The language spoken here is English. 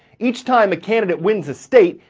each time a candidate wins a state,